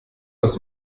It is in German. das